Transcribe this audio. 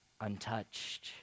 untouched